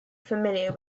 familiar